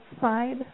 side